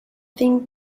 think